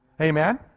Amen